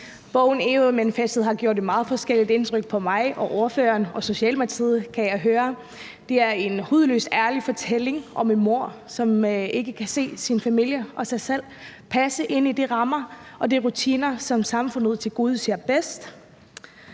Bogen »ÆRØ MANIFESTET« har gjort et meget forskelligt indtryk på mig og ordføreren og Socialdemokratiet, kan jeg høre. Det er en hudløs ærlig fortælling om en mor, som ikke kan se sin familie og sig selv passe ind i de rammer og rutiner, som samfundet tilgodeser bedst.